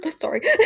Sorry